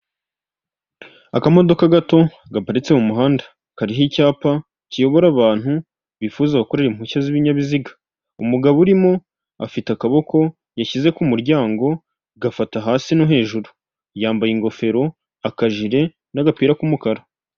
Umuhanda wa kaburimbo urimo umumotari uhetse umugenzi wambaye imyenda y'amabara n'imodoka nini, munsi y'umuhanda hari aho abanyamaguru bagendera n'uruzitiro rw'icyatsi ruteyemo ibiti byinshi ruguru y'umuhanda naho hari aho abanyamaguru bagendera.